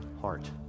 heart